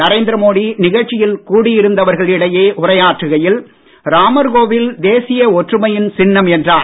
நரேந்திர மோடி நிகழ்ச்சியில் கூடி இருந்தவர்கள் இடையே உரையாற்றுகையில் ராமர் கோவில் தேசிய ஒற்றுமையின் சின்னம் என்றார்